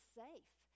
safe